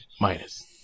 minus